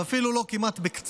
אפילו לא בקצת,